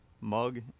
mug